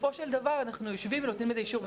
בסופו של דבר אנחנו יושבים ולומדים את האישור.